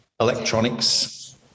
electronics